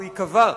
והוא ייקבע,